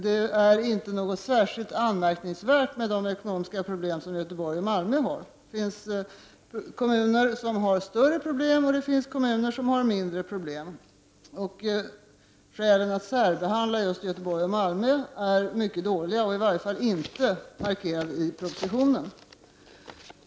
Det är inte något särskilt med de ekonomiska problem som Göteborg och Malmö har. Det finns kommuner som har större problem och kommuner som har mindre problem. Skälen att särbehandla just Göteborg och Malmö är mycket dåliga och i varje fall inte markerade i propositionen.